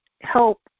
help